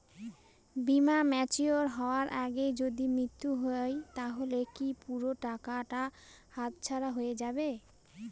বীমা ম্যাচিওর হয়ার আগেই যদি মৃত্যু হয় তাহলে কি পুরো টাকাটা হাতছাড়া হয়ে যাবে?